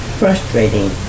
frustrating